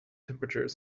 temperature